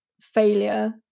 failure